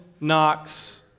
Knox